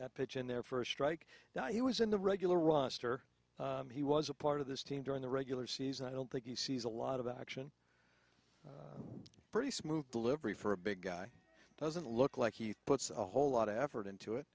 at pitching their first strike he was in the regular roster he was a part of this team during the regular season i don't think he sees a lot of action pretty smooth delivery for a big guy doesn't look like he puts a whole lot of effort into it